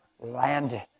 landed